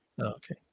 okay